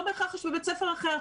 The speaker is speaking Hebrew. לא בהכרח יש בבית ספר אחר.